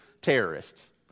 terrorists